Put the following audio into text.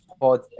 pod